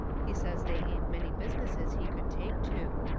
he says they ain't many businesses he could take to.